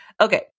Okay